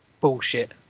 bullshit